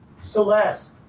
Celeste